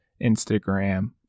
instagram